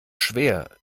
schwer